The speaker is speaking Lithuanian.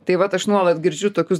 tai vat aš nuolat girdžiu tokius